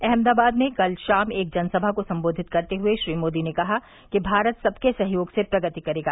अहमदाबाद में कल शाम एक जनसभा को सम्बोधित करते हुए श्री मोदी ने कहा कि भारत सबके सहयोग से प्रगति करेगा